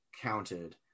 counted